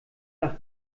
nach